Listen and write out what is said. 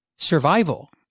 Survival